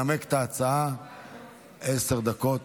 אושרה בקריאה טרומית ותעבור לוועדת החינוך,